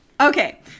Okay